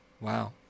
Wow